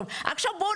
עכשיו,